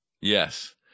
Yes